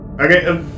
Okay